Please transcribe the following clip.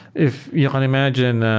if you can imagine,